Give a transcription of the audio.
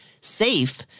safe